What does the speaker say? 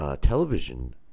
television